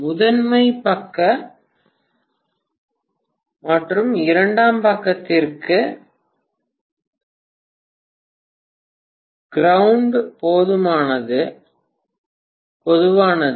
முதன்மை பக்க மற்றும் இரண்டாம் பக்கத்திற்கு கிரேவ்வுண்ட் பொதுவானது